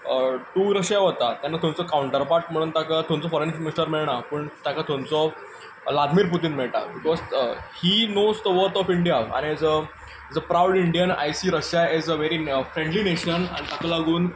two Russia वता तेन्ना थंयचो काउंटरपार्ट म्हणून ताका थंयचो फोरन मिनिस्टर मेळना पूण ताका थंयचो व्लादिमीर पुतीन मेळटा because he knows the worth of India आनी as a as a proud Indian I see Russia as a very friendly nation आनी ताका लागून